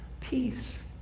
peace